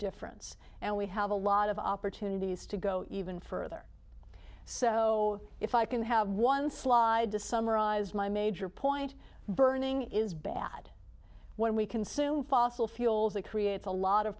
difference and we have a lot of opportunities to go even further so if i can have one slide to summarize my major point burning is bad when we consume fossil fuels it creates a lot of